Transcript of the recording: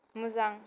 मोजां